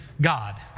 God